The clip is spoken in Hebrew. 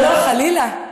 לא לא, חלילה,